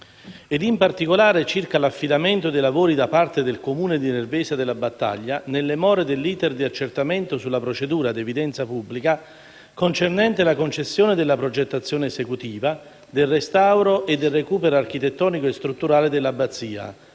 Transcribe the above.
ed in particolare circa l'affidamento dei lavori da parte del Comune di Nervesa della Battaglia, nelle more dell'*iter* di accertamento sulla procedura ad evidenza pubblica concernente la concessione della progettazione esecutiva, del restauro e del recupero architettonico e strutturale dell'abbazia,